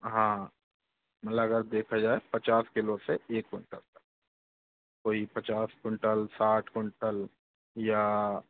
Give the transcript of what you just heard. हाँ अगर देखा जाए पचास किलो से एक कुंटल तक कोई पचास कुंटल साठ कुंटल या